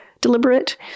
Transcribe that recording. deliberate